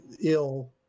ill